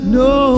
no